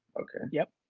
okay. yup.